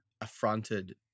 affronted